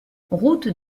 route